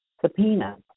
subpoena